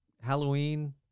Halloween